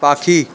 পাখি